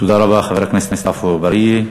תודה רבה, חבר הכנסת עפו אגבאריה.